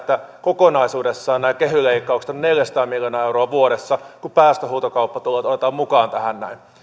kokonaisuudessaan nämä kehy leikkaukset ovat neljäsataa miljoonaa euroa vuodessa kun päästöhuutokauppatulot otetaan mukaan tähän näin